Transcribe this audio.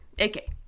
Okay